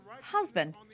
husband